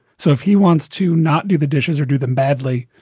so if he wants to not do the dishes or do them badly,